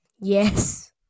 Yes